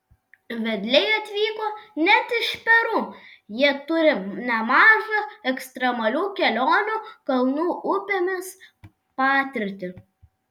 vedliai atvyko net iš peru jie turi nemažą ekstremalių kelionių kalnų upėmis patirtį